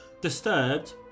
disturbed